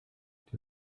die